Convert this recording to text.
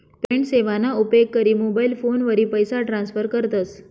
payment सेवाना उपेग करी मोबाईल फोनवरी पैसा ट्रान्स्फर करतस